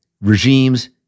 regimes